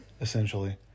essentially